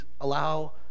allow